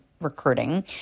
recruiting